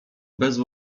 bez